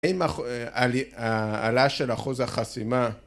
האם העלאה של אחוז החסימה